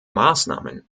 maßnahmen